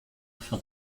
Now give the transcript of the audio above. for